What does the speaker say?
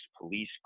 police